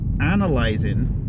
analyzing